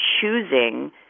choosing